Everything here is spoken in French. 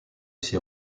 ces